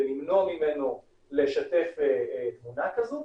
ולמנוע ממנו לשתף תמונה כזו,